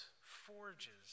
forges